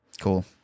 Cool